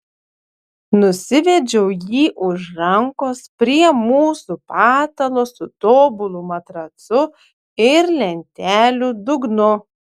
nusivedžiau jį už rankos prie mūsų patalo su tobulu matracu ir lentelių dugnu